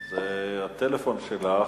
זה הטלפון שלך,